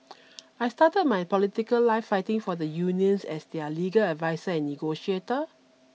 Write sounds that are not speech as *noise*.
*noise* I started my political life fighting for the unions as their legal adviser and negotiator